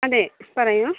അതെ പറയൂ